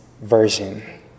Version